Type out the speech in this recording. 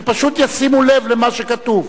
שפשוט ישימו לב למה שכתוב.